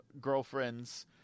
girlfriends